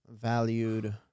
valued